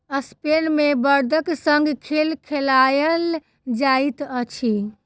Spain मे बड़दक संग खेल खेलायल जाइत अछि